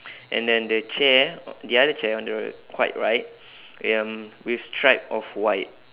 and then the chair o~ the other chair on the quite right eh um with stripe of white